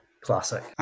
Classic